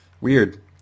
weird